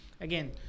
Again